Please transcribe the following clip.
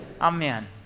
Amen